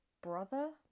brother